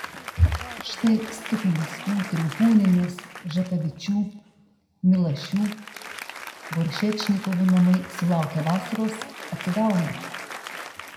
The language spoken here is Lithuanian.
štai stuklinskų trinkūnienės žakavičių milašių goršečnikovų namai sulaukę vasaros atsigauna